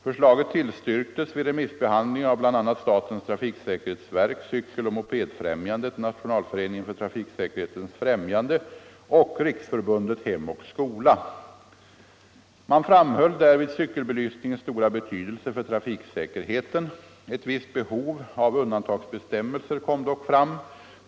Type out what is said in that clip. Förslaget tillstyrktes vid remissbehandlingen av bl.a. statens trafiksäkerhetsverk, Cykeloch mopedfrämjandet, Nationalföreningen för trafiksäkerhetens främjande och Riksförbundet Hem och skola. Man framhöll därvid cykelbelysningens stora betydelse för trafiksäkerheten. Ett visst behov av undantagsbestämmelser kom dock fram.